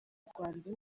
rwanda